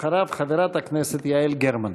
אחריו, חברת הכנסת יעל גרמן.